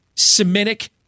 Semitic